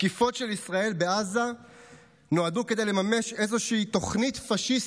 צריך להבין שאנשים שמקבלים נשק,